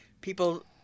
people